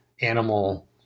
animal